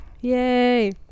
Yay